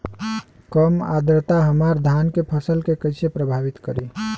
कम आद्रता हमार धान के फसल के कइसे प्रभावित करी?